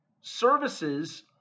services